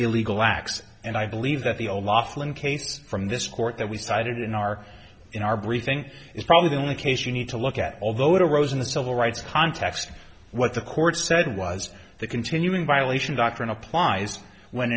illegal acts and i believe that the old laughlin case from this court that we cited in our in our briefing is probably the only case you need to look at although it arose in the civil rights context what the court said was the continuing violation doctrine applies when